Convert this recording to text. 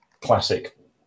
classic